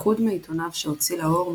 לחוד מעיתוניו שהוציא לאור,